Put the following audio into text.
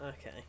Okay